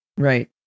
Right